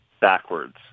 backwards